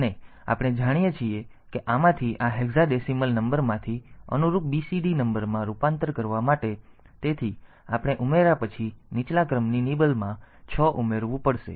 અને આપણે જાણીએ છીએ કે આમાંથી આ હેક્સાડેસિમલ નંબરમાંથી અનુરૂપ BCD નંબરમાં રૂપાંતર કરવા માટે તેથી આપણે ઉમેરા પછી નીચલા ક્રમની નિબલમાં છ ઉમેરવું પડશે